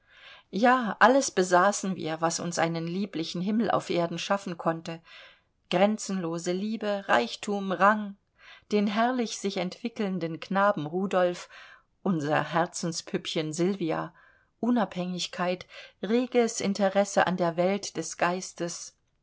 ja alles besaßen wir was uns einen lieblichen himmel auf erden schaffen konnte grenzenlose liebe reichtum rang den herrlich sich entwickelnden knaben rudolf unser herzenspüppchen sylvia unabhängigkeit reges interesse an der welt des geistes